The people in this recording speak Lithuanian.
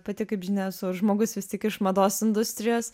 pati kaip žinia esu žmogus vis tik iš mados industrijos